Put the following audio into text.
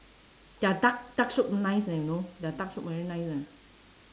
their duck duck soup nice eh you know their duck soup very nice eh